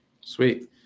Sweet